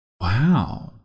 wow